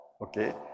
Okay